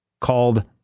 called